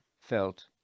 felt